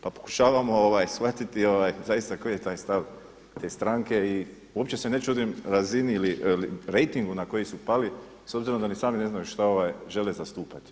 Pa pokušavamo shvatiti zaista koji je taj stav te stranke i uopće se ne čudim razini ili rejtingu na koji su pali s obzirom da ni sami ne znaju što žele zastupati.